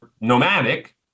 nomadic